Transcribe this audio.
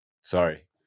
Sorry